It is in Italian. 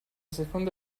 seconda